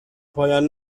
پایان